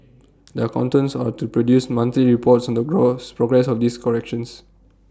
the accountants are to produce monthly reports on the gross progress of these corrections